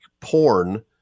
porn